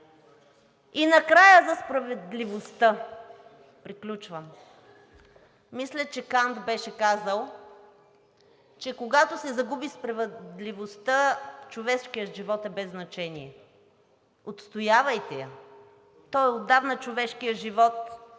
И накрая за справедливостта. Приключвам. Мисля, че Кант беше казал, че когато се загуби справедливостта, човешкият живот е без значение. Отстоявайте я! Той, човешкият живот, отдавна